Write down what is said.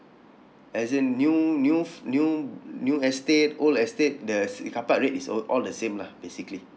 as in new new f~ new new estate old estate the s~ carpark rate is all the same lah basically